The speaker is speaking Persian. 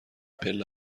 پله